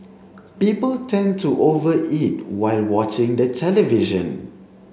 people tend to over eat while watching the television